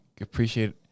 appreciate